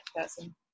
person